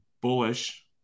bullish